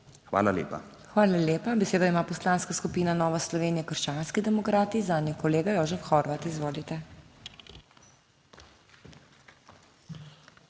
HOT:** Hvala lepa. Besedo ima Poslanska skupina Nova Slovenija - krščanski demokrati, zanjo kolega Jožef Horvat. Izvolite.